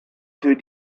für